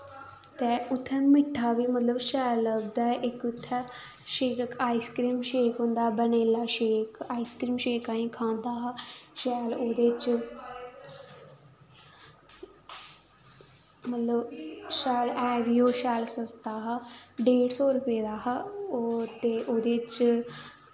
ते उत्थें मिट्ठा बी मतलव शैल लब्भदा ऐ इक उत्थैं आइसक्रीम शेक होंदा बने दा आईसक्रीम शेक इक आईसक्रीम शेक असें खाह्दा हा शैल ओह्दे च मतलव है बी ओह् शैल सस्ता हा डेड़ सौ रपे दा हा ओह् ते ओह्दे च